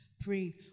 praying